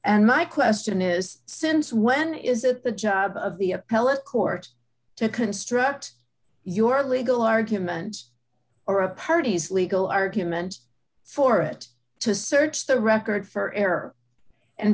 and my question is since when is it the job of the appellate court to construct your legal argument or a party's legal argument for it to search the record for error and